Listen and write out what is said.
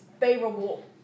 favorable